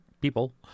people